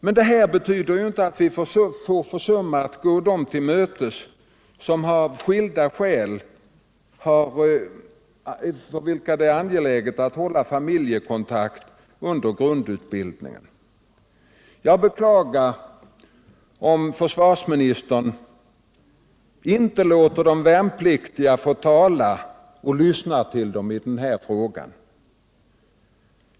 Men detta får inte betyda att vi försummar att gå dem till mötes för vilka det av skilda skäl är angeläget att hålla familjekontakt under grundutbildningen. Jag beklagar om försvarsministern inte låter de värnpliktiga få tala och om han inte lyssnar till dem i denna fråga.